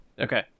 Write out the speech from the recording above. Okay